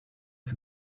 for